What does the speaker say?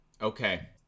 Okay